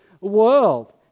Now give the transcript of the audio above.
world